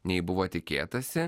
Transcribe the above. nei buvo tikėtasi